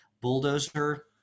Bulldozer